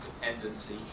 dependency